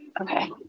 Okay